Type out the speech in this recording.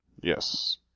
Yes